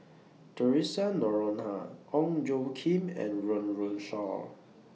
Theresa Noronha Ong Tjoe Kim and Run Run Shaw